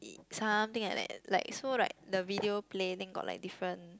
something like that like so like the video play then got like different